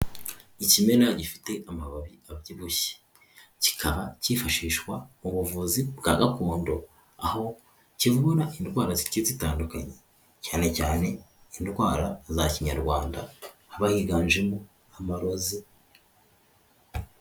Ikimera gifite amababi abyibushye. Kikaba cyifashishwa mu buvuzi bwa gakondo, aho kivura indwara zigiye zitandukanye. Cyane cyane indwara za kinyarwanda haba higanjemo amarozi.